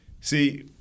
See